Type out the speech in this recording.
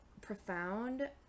profound